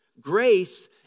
Grace